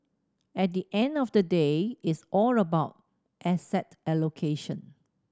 at the end of the day it's all about asset allocation